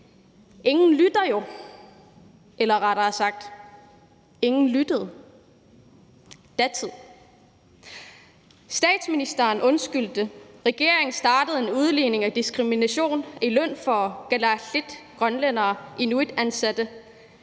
Ingen lytter jo, eller rettere sagt, ingen lyttede – datid. Statsministeren undskyldte, regeringen startede en lønudligning i forbindelse med diskrimination af kalaallit, grønlændere, inuitansatte,